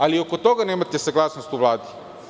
Ali, i oko toga nemate saglasnost u Vladi.